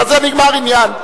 בזה נגמר העניין.